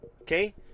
okay